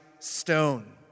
stone